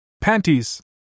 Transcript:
Panties